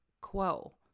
quo